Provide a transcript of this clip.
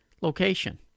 location